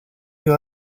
you